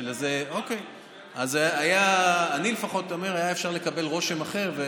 אוקיי, אני לפחות אומר שהיה אפשר לקבל רושם אחר.